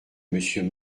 monsieur